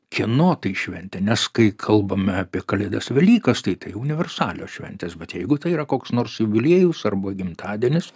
kieno tai šventė nes kai kalbame apie kalėdas velykas tai tai universalios šventės bet jeigu tai yra koks nors jubiliejus arba gimtadienis